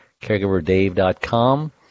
caregiverdave.com